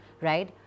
right